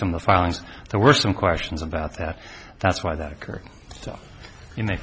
the filings there were some questions about that that's why that occurred in